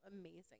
amazing